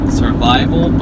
survival